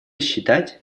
считать